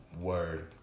Word